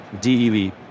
D-E-V